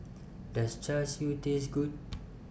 Does Char Siu Taste Good